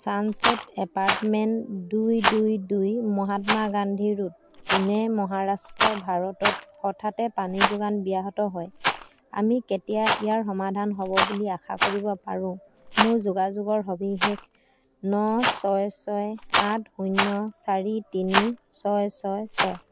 sunset apartment দুই দুই দুই মহাত্মা গান্ধী ৰোড পুনে মহাৰাষ্ট্ৰ ভাৰতত হঠাতে পানীৰ যোগান ব্যাহত হয় আমি কেতিয়া ইয়াৰ সমাধান হ'ব বুলি আশা কৰিব পাৰোঁ মোৰ যোগাযোগৰ সবিশেষঃ ন ছয় ছয় সাত শূন্য চাৰি তিনি ছয় ছয় ছয়